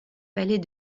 palais